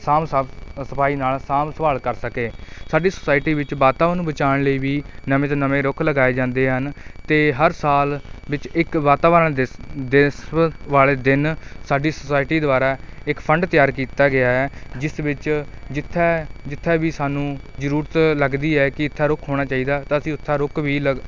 ਸਾਂਭ ਸੰਭਾਲ ਸਫਾਈ ਨਾਲ ਸਾਂਭ ਸੰਭਾਲ ਕਰ ਸਕੇ ਸਾਡੀ ਸੋਸਾਇਟੀ ਵਿੱਚ ਵਾਤਾਵਰਨ ਨੂੰ ਬਚਾਉਣ ਲਈ ਵੀ ਨਵੇਂ ਤੋਂ ਨਵੇਂ ਰੁੱਖ ਲਗਾਏ ਜਾਂਦੇ ਹਨ ਅਤੇ ਹਰ ਸਾਲ ਵਿੱਚ ਇੱਕ ਵਾਤਾਵਰਨ ਦਿਵਸ ਦਿਵਸ ਵਾਲੇ ਦਿਨ ਸਾਡੀ ਸੋਸਾਇਟੀ ਦੁਆਰਾ ਇੱਕ ਫੰਡ ਤਿਆਰ ਕੀਤਾ ਗਿਆ ਹੈ ਜਿਸ ਵਿੱਚ ਜਿੱਥੇ ਜਿੱਥੇ ਵੀ ਸਾਨੂੰ ਜ਼ਰੂਰਤ ਲੱਗਦੀ ਹੈ ਕਿ ਇੱਥੇ ਰੁੱਖ ਹੋਣਾ ਚਾਹੀਦਾ ਤਾਂ ਅਸੀਂ ਉੱਥੇ ਰੁੱਖ ਵੀ ਲਗਾ